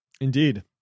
Indeed